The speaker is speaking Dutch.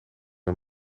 een